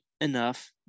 enough